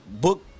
book